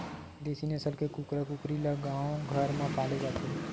देसी नसल के कुकरा कुकरी ल गाँव घर म पाले जाथे